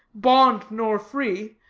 bond nor free,